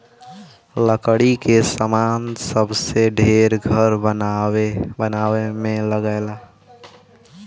लकड़ी क सामान सबसे ढेर घर बनवाए में लगला